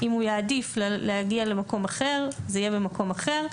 אם הוא יעדיף להגיע למקום אחר, זה יהיה במקום אחר.